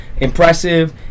impressive